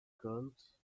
girls